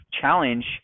challenge